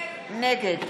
נגד